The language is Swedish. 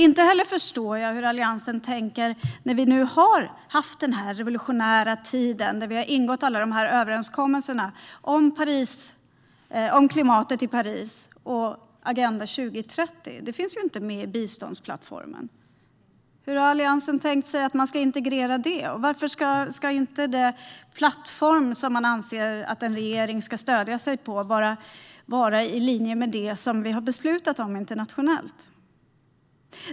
Jag förstår inte hur Alliansen tänker när vi nu har haft den här revolutionerande tiden och när vi har ingått alla överenskommelser om klimatet i Paris och Agenda 2030. Det finns inte med i biståndsplattformen. Hur har Alliansen tänkt sig att det ska integreras? Och varför ska inte den plattform som man anser att en regering ska stödja sig på vara i linje med det som vi har beslutat om internationellt?